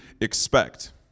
expect